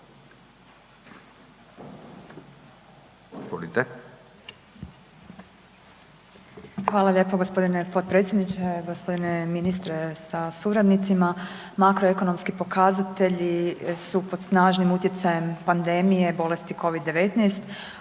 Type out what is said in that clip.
Hvala lijepo g. potpredsjedniče, g. ministre sa suradnicima. Makro ekonomski pokazatelji su pod snažnim utjecajem pandemije bolesti COVID-19